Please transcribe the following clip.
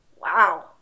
wow